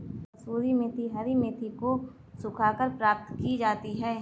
कसूरी मेथी हरी मेथी को सुखाकर प्राप्त की जाती है